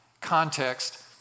context